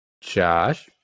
Josh